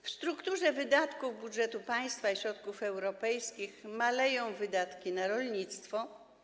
W strukturze wydatków budżetu państwa i środków europejskich maleją wydatki na rolnictwo.